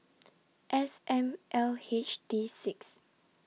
S M L H T six